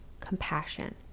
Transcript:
compassion